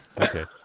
Okay